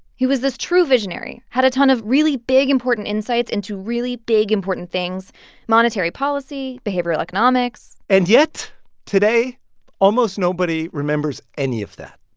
he was this true visionary, had a ton of really big, important insights into really big, important things monetary policy, policy, behavioral economics and yet today almost nobody remembers any of that.